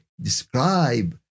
describe